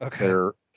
okay